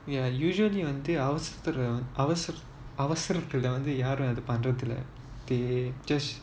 ya usually until வந்து அவசரத்துல வந்து யாரும் அத பண்றது இல்ல:vanthu avasarathula vanthu yaarum atha panrathu illa they just